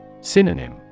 Synonym